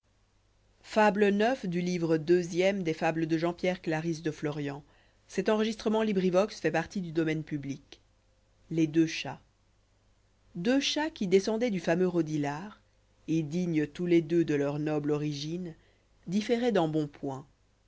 les deux chats ueux chats qui descendoiem du fameux rodilard et dignes tous les deux dé leur noble'origine uiiféroient d'embonpoint